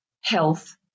health